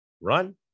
run